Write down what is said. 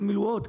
של מילואות.